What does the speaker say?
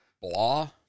blah